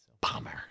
Bomber